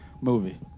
Movie